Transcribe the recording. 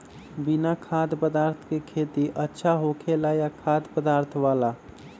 बिना खाद्य पदार्थ के खेती अच्छा होखेला या खाद्य पदार्थ वाला?